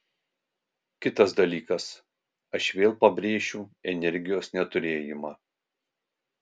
kitas dalykas aš vėl pabrėšiu energijos neturėjimą